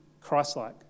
Christ-like